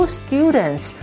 students